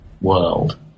world